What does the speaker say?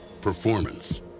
Performance